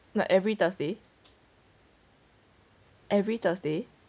like every thursday every thursday